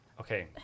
Okay